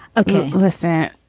okay listen